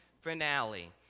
finale